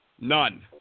none